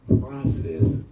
process